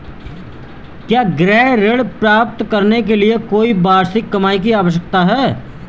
क्या गृह ऋण प्राप्त करने के लिए कोई वार्षिक कमाई की आवश्यकता है?